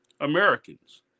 Americans